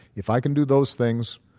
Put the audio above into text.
if i can do those things,